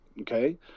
okay